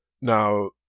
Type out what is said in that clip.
Now